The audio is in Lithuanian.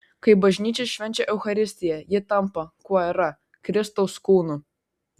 kai bažnyčia švenčia eucharistiją ji tampa kuo yra kristaus kūnu